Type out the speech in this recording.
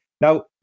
Now